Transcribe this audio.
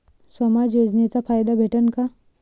समाज योजनेचा फायदा भेटन का?